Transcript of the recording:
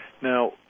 Now